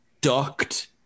ducked